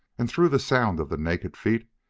and, through the sound of the naked feet,